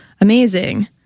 amazing